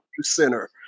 center